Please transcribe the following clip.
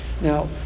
Now